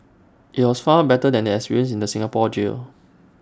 IT was far better than the experience in the Singapore jail